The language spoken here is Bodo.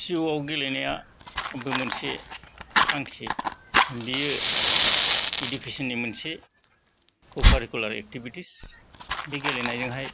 जिउआव गेलेनायाबो मोनसे थांखि बियो इडुकिशननि मोनसे क कारिकुलार एक्टिभिटिस बे गेलेनायजोंहाय